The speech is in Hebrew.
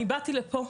אני באתי לפה,